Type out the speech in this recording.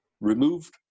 removed